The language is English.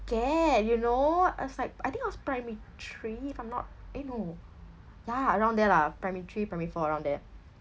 scared you know it was like I think I was primary three if I'm not eh no ya around there lah primary three primary four around there